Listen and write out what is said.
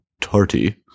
tarty